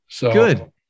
Good